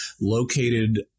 located